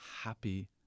happy